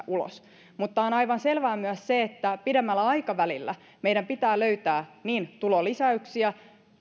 ulos mutta on aivan selvää myös se että pidemmällä aikavälillä meidän pitää löytää tulonlisäyksiäkin